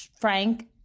Frank